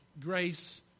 grace